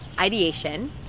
ideation